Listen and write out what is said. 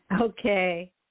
Okay